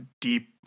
deep